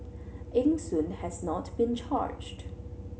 Eng Soon has not been charged